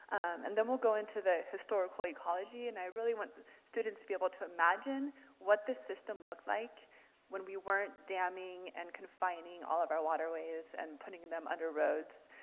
and then we'll go into the historical ecology, and i really want students to be able to imagine what this system looked like when weren't damming and confining all of our waterways and putting them under roads.